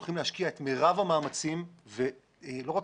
הולכים להשקיע את מרב המאמצים ולא רק